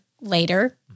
later